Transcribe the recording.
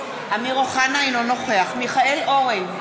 אינו נוכח מיכאל אורן,